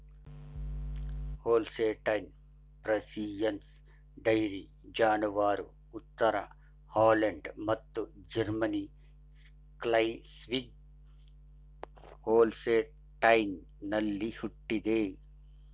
Holstein Friesians dairy ಜಾನುವಾರು ಉತ್ತರ Holland ಮತ್ತು ಜರ್ಮನಿ ಸ್ಕ್ಲೆಸ್ವಿಗ್ ಹೋಲ್ಸ್ಟೈನಲ್ಲಿ ಹುಟ್ಟಿದೆ